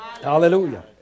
Hallelujah